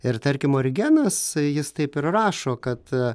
ir tarkim origenas jis taip ir rašo kad